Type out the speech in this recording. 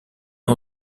une